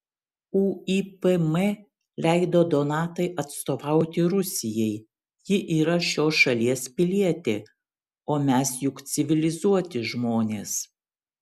uipm leido donatai atstovauti rusijai ji yra šios šalies pilietė o mes juk civilizuoti žmonės